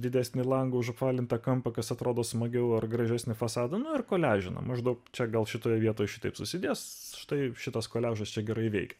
didesnį langą už apvalintą kampą kas atrodo smagiau ar gražesni fasado ir koliažinio maždaug čia gal šitoje vietoj šitaip susidės štai šitas koliažuose gerai veikia